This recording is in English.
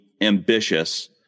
ambitious